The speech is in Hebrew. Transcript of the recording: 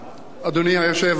אדוני היושב-ראש,